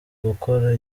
gukora